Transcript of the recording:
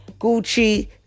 Gucci